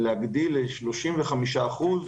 להגדיל -35%.